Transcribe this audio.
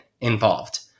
involved